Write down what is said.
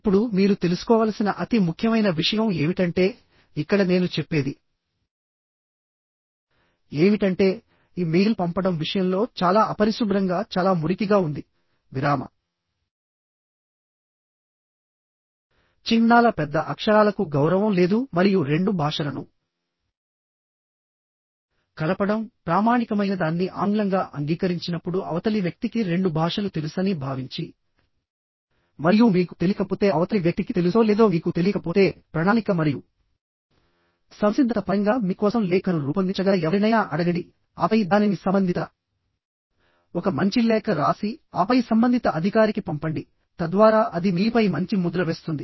ఇప్పుడు మీరు తెలుసుకోవలసిన అతి ముఖ్యమైన విషయం ఏమిటంటే ఇక్కడ నేను చెప్పేది ఏమిటంటే ఇ మెయిల్ పంపడం విషయంలో చాలా అపరిశుభ్రంగా చాలా మురికిగా ఉంది విరామ చిహ్నాల పెద్ద అక్షరాలకు గౌరవం లేదు మరియు రెండు భాషలను కలపడం ప్రామాణికమైనదాన్ని ఆంగ్లంగా అంగీకరించినప్పుడు అవతలి వ్యక్తికి రెండు భాషలు తెలుసని భావించి మరియు మీకు తెలియకపోతే అవతలి వ్యక్తికి తెలుసో లేదో మీకు తెలియకపోతే ప్రణాళిక మరియు సంసిద్ధత పరంగా మీ కోసం లేఖను రూపొందించగల ఎవరినైనా అడగండి ఆపై దానిని సంబంధిత ఒక మంచి లేఖ రాసి ఆపై సంబంధిత అధికారికి పంపండి తద్వారా అది మీపై మంచి ముద్ర వేస్తుంది